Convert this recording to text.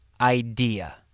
idea